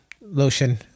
Lotion